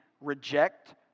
reject